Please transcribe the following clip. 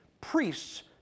priests